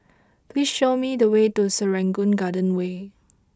please show me the way to Serangoon Garden Way